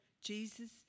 Jesus